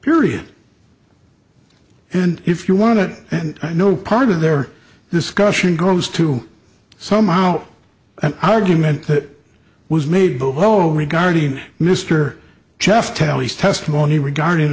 period and if you want to and i know part of their discussion goes to somehow an argument that was made by well regarding mr chest teles testimony regarding